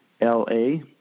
L-A